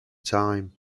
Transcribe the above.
time